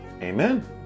Amen